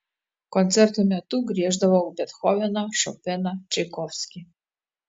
koncertų metu grieždavau bethoveną šopeną čaikovskį